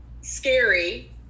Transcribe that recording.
scary